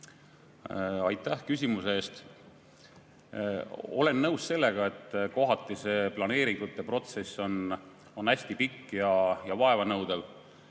Aitäh küsimuse eest! Olen nõus sellega, et kohati on planeeringute protsess hästi pikk ja vaevanõudev.